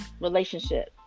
relationship